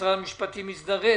שמשרד המשפטים מזדרז,